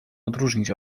odróżnić